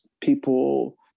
people